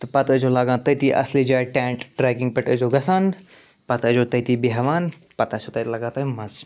تہٕ پتہٕ ٲسۍ زیٛو لاگان تٔتی اَصلہِ جایہِ ٹیٚنٛٹ ٹرٛیکِنٛگ پٮ۪ٹھ ٲسۍ زیٛو گژھان پتہٕ ٲسۍ زیٛو تٔتی بیٚہوان پتہٕ آسوٕ تَتہِ لَگان تۄہہِ مَزٕ